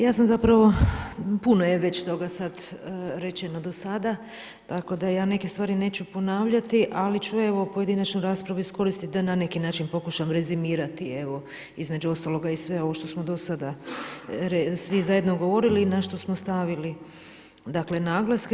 Ja sam zapravo, puno je već toga sad rečeno do sada, tako da ja neke stvari neću ponavljati, ali ću evo pojedinačnu raspravu iskoristiti da na neki način pokušam rezimirati između ostaloga i sve ovo što smo do sada svi zajedno govorili i na što smo stavili naglaske.